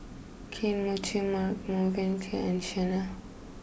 Kane Mochi Marche and Chanel